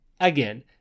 Again